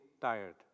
tired